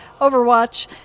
Overwatch